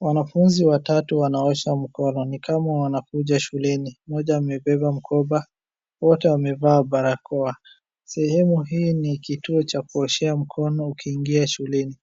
Wanafunzi watatu wanaosha mkono, ni kama wanakuja shuleni. Mmoja amebeba mkoba. Wote wamevaa barakoa. Sehemu hii ni kituo cha kuoshea mkono ukiingia shuleni